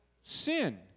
sin